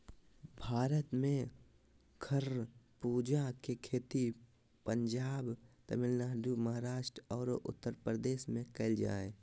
भारत में खरबूजा के खेती पंजाब, तमिलनाडु, महाराष्ट्र आरो उत्तरप्रदेश में कैल जा हई